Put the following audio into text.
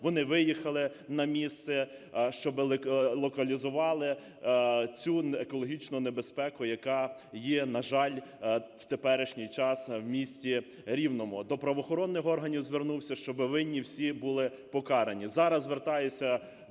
Вони виїхали на місце, щоб локалізували цю екологічну небезпеку, яка є, на жаль, у теперішній час у місті Рівному. До правоохоронних органів звернувся, щоб винні всі були покарані.